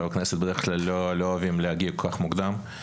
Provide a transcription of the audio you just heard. בדרך כלל לא אוהבים להגיע כל כך מוקדם.